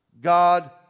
God